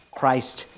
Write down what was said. Christ